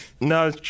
no